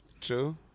True